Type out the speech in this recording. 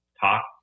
talk